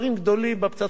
בפצצה האירנית,